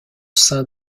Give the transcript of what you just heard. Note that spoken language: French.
sein